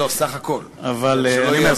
לא, סך הכול, שלא יהיו אי-הבנות.